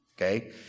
okay